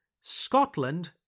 Scotland